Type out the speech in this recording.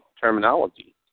terminology